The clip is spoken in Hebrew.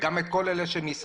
וגם את כל אלה שמסביב,